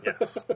yes